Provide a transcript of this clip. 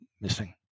missing